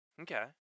Okay